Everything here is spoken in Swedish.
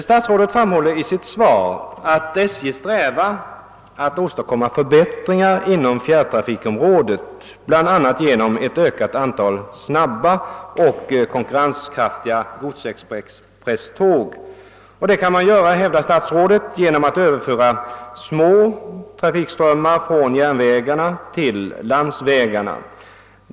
Statsrådet framböll i sitt svar att SJ strävar efter »att åstadkomma förbättringar inom = fjärrtrafiksområdet bl.a. genom ett ökat antal snabba och konkurrenskraftiga godsexpresståg«, och statsrådet hävdar att man kan göra detta genom att överföra små trafikströmmar från järnvägarna till landsvägarna.